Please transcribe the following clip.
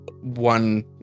one